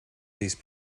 these